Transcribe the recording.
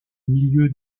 milieu